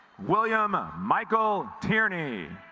william michael tierney